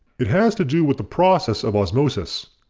it has to do with the process of osmosis.